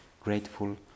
grateful